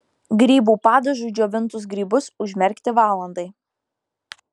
grybų padažui džiovintus grybus užmerkti valandai